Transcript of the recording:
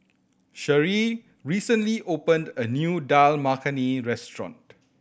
Sharee recently opened a new Dal Makhani Restaurant